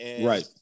Right